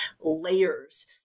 layers